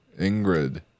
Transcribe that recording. Ingrid